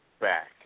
Back